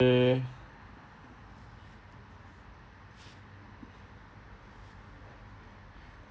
K